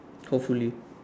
hopefully